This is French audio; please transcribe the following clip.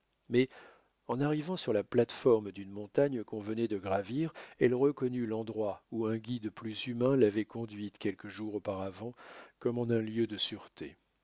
mais en arrivant sur la plate-forme d'une montagne qu'on venait de gravir elle reconnut l'endroit où un guide plus humain l'avait conduite quelques jours auparavant comme en un lieu de sûreté